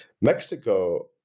Mexico